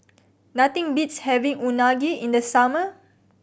nothing beats having Unagi in the summer